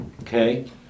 Okay